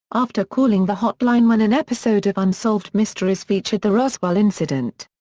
after calling the hotline when an episode of unsolved mysteries featured the roswell incident.